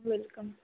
welcome